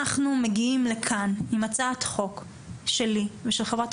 אנחנו מגיעים כאן עם הצעת חוק שלי ושל חברת